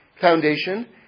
foundation